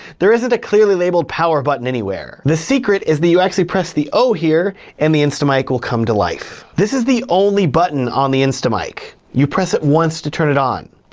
there isn't a clearly labeled power button anywhere. the secret is that you actually press the o here, and the instamic will come to life. this is the only button on the instamic. you press it once to turn it on,